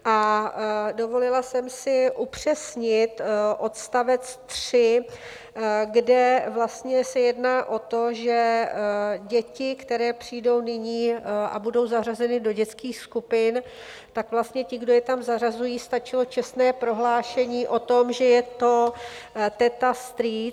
A dovolila jsem si upřesnit odstavec 3, kde vlastně se jedná o to, že děti, které přijdou nyní a budou zařazeny do dětských skupin, tak vlastně ti, kdo je tam zařazují, stačilo čestné prohlášení o tom, že je to teta, strýc.